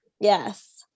yes